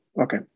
Okay